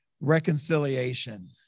reconciliation